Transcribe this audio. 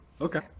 Okay